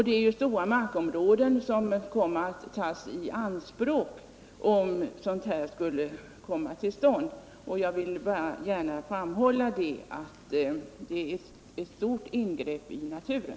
Det är ju stora markområden som då skulle komma att tas i anspråk, och jag vill framhålla att det är fråga om ett stort ingrepp i naturen.